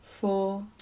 four